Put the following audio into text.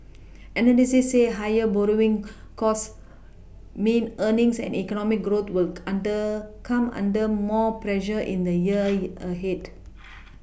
analysts say higher borrowing costs mean earnings and economic growth will under come under more pressure in the year yeah ahead